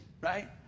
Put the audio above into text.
right